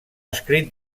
escrit